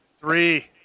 three